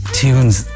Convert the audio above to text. tunes